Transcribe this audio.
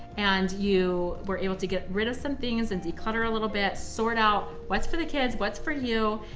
and you were able to get rid of some things and declutter a little bit, sort out what's for the kids, what's for you,